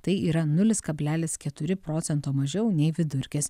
tai yra nulis kablelis keturi procento mažiau nei vidurkis